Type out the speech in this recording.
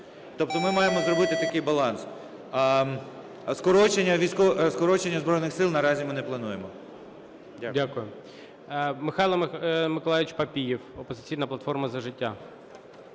Тобто ми маємо зробити такий баланс. Скорочення Збройних Сил наразі ми не плануємо. Дякую.